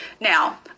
Now